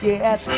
Yes